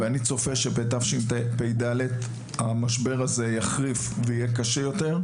ואני צופה שבתשפ"ד המשבר הזה יחריף ויהיה קשה יותר,